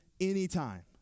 anytime